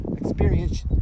experience